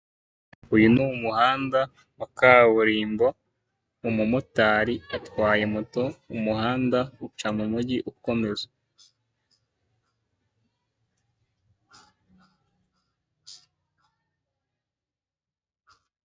Uyu ni umuhanda wa kaburimbo, umumotari atwaye moto umuhanda uca mu mugi ukomeza.